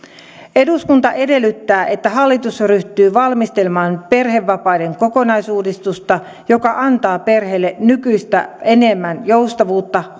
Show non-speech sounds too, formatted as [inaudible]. eduskunta edellyttää että hallitus ryhtyy valmistelemaan perhevapaiden kokonaisuudistusta joka antaa perheille nykyistä enemmän joustavuutta [unintelligible]